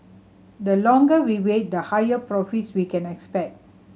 the longer we wait the higher profits we can expect